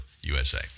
USA